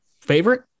favorite